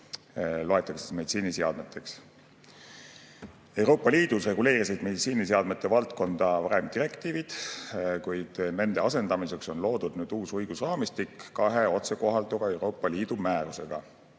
loetakse meditsiiniseadmeteks. Euroopa Liidus reguleerisid meditsiiniseadmete valdkonda varem direktiivid, kuid nende asendamiseks on loodud nüüd uus õigusraamistik kahe otsekohalduva Euroopa Liidu määrusega.